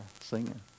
singing